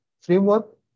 Framework